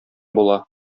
була